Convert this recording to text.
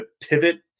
pivot